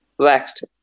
Waxed